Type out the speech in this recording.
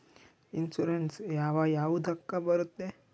Insurance ಯಾವ ಯಾವುದಕ್ಕ ಬರುತ್ತೆ?